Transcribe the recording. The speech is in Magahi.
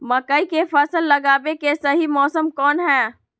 मकई के फसल लगावे के सही मौसम कौन हाय?